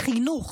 חינוך,